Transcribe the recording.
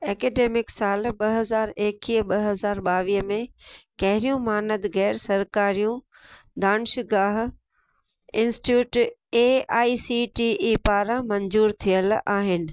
academic साल ॿ हज़ार एकवीह ॿ हज़ार ॿावीह में कहिड़ियूं मानदु गैर सरकारियूं दानिशगाह institute A I C T E पारां मंजूरु थियलु आहिनि